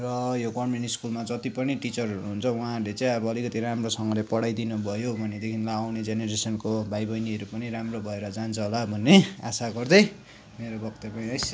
र यो गभर्मेन्ट स्कुलमा जति पनि टिचरहरू हुनुहुन्छ उहाँहरूले चाहिँ अब अलिकति राम्रोसँगले पढाइदिनुभयो भनेदेखिलाई आउने जेनेरेसनको भाइ बहिनीहरू पनि राम्रो भएर जान्छ होला भन्ने आशा गर्दै मेरो वक्तव्य यहीँ सि